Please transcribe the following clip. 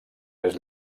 més